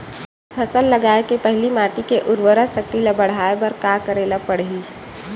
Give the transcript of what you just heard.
फसल लगाय के पहिली माटी के उरवरा शक्ति ल बढ़ाय बर का करेला पढ़ही?